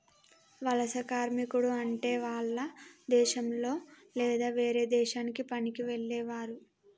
వలస కార్మికుడు అంటే వాల్ల దేశంలొ లేదా వేరే దేశానికి పనికి వెళ్లేవారు